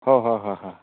হয় হয় হয় হয়